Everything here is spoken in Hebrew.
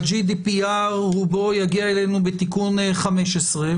וה-GDPR רובו יגיע אלינו בתיקון 15,